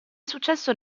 successo